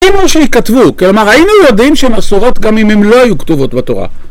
אם שיכתבו, כלומר היינו יודעים שהן אסורות גם אם הן לא היו כתובות בתורה